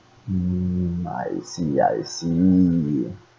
mm I see I see